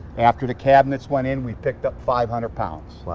after the cabinets went in, we picked up five hundred pounds. wow.